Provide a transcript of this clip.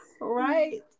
Right